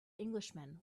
englishman